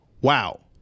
wow